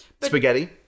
Spaghetti